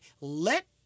let